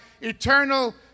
eternal